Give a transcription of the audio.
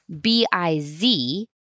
B-I-Z